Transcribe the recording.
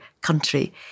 country